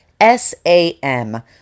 S-A-M